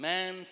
Man